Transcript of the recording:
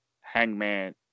Hangman